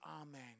amen